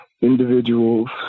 individuals